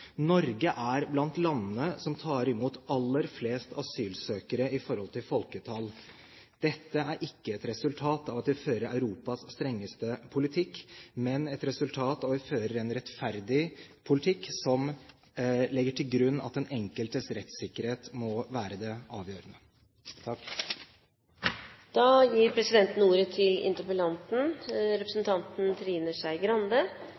Norge er blant landene som tar imot aller flest asylsøkere i forhold til folketall. Dette er ikke et resultat av at vi fører Europas strengeste asylpolitikk, men et resultat av at vi fører en rettferdig politikk som legger til grunn at den enkeltes rettssikkerhet må være det avgjørende. Jeg vil først kommentere to av innleggene. Først til